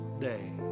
day